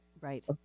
right